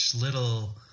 little